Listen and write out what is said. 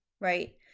right